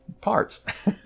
parts